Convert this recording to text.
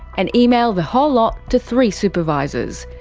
and emailed the whole lot to three supervisors.